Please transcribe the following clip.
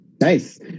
Nice